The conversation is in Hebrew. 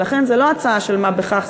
ולכן זה לא הצעה של מה בכך,